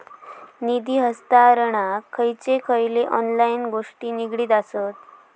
निधी हस्तांतरणाक खयचे खयचे ऑनलाइन गोष्टी निगडीत आसत?